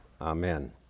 amen